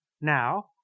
now